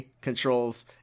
controls